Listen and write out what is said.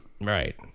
Right